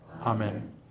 Amen